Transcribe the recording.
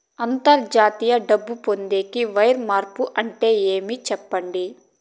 అంతర్జాతీయ డబ్బు పొందేకి, వైర్ మార్పు అంటే ఏమి? సెప్పండి?